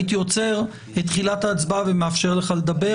הייתי עוצר את תחילת ההצבעה ומאפשר לך לדבר.